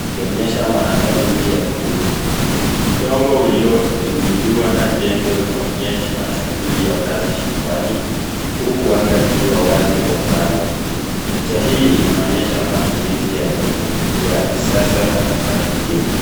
ikionyesha maandalizi ya kilimo. Udongo ulioinuliwa na jembe unaonyesha shughuli ya kazi shambani, huku anga ikiwa wazi kwa mbali. Picha hii inaonyesha matumizi ya teknolojia ya kisasa katika kilimo.